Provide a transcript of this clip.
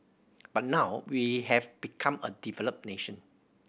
but now we have become a developed nation